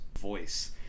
voice